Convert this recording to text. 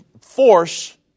force